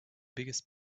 biggest